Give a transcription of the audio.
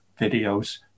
videos